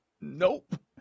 Nope